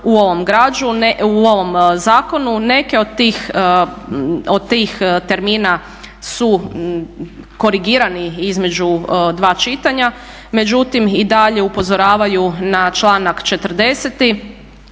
u ovom zakonu. Neke od tih termina su korigirani između dva čitanja, međutim i dalje upozoravaju na članak